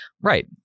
right